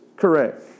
correct